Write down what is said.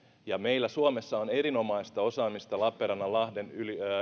ja meillä suomessa on erinomaista osaamista lappeenrannan lahden